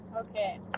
Okay